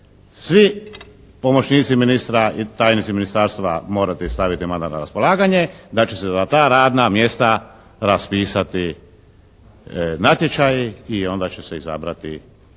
svi pomoćnici ministra i tajnici ministarstva morati staviti mandat na raspolaganje, da će se za ta radna mjesta raspisati natječaj i onda će se izabrati